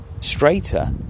straighter